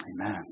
Amen